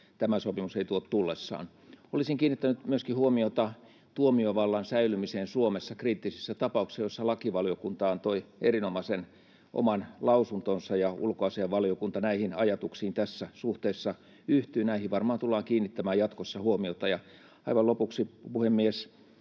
tämä sopimus ei tuo tullessaan. Olisin kiinnittänyt myöskin huomiota tuomiovallan säilymiseen Suomessa kriittisissä tapauksissa, mistä lakivaliokunta antoi erinomaisen oman lausuntonsa, ja ulkoasiainvaliokunta näihin ajatuksiin tässä suhteessa yhtyi. Näihin varmaan tullaan kiinnittämään jatkossa huomiota. Aivan lopuksi, puhemies: